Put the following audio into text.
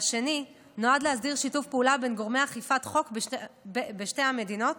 השני נועד להסדיר שיתוף פעולה בין גורמי אכיפת חוק בשתי המדינות,